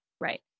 Right